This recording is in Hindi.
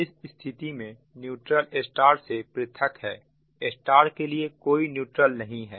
इस स्थिति में न्यूट्रल स्टार से पृथक है स्टार के लिए कोई न्यूट्रल नहीं है